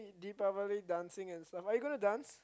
Deepavali dancing and stuff are you gonna dance